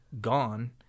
gone